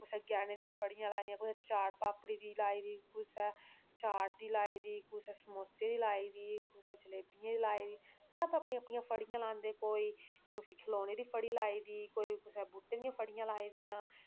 कुसै गैह्नें दियां फड़ियां लाई दियां कुसै चाट पापड़ी दी लाई दी कुसै चाट दी लाई दी कुसै समोसे दी लाई दी कुसै जलेबियें दी लाई दी सब अपनियां अपनियां फड़ियां लांदे कोई उसी खलौनें दी फड़ी लाई दी कोई कुसै बूटें दियां फड़ियां लाई दियां